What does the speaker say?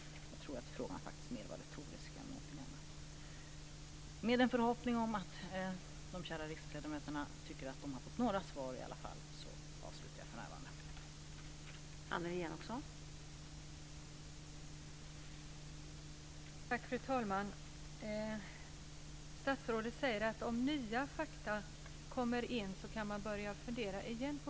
Jag tror faktiskt att frågan mer var retorisk än någonting annat. Med en förhoppning om att de kära riksdagsledamöterna tycker att de har fått några svar i alla fall slutar jag för tillfället här.